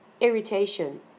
irritation